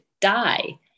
die